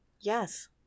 Yes